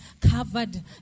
covered